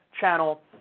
channel